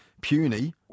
puny